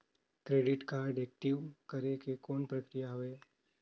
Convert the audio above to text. Credit card active करे के कौन प्रक्रिया हवे?